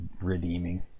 redeeming